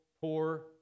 poor